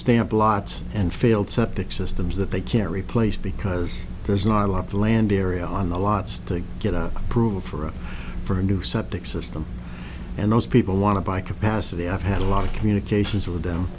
stamp lots and failed septic systems that they can't replace because there's not a lot of land area on the lots to get out prove for us for a new septic system and most people want to buy capacity i've had a lot of communications